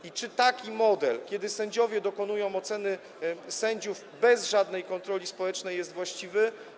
I czy taki model, w którym sędziowie dokonują oceny sędziów bez żadnej kontroli społecznej, jest właściwy?